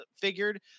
figured